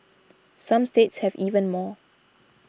some states have even more